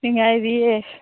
ꯅꯨꯡꯉꯥꯏꯔꯤꯌꯦ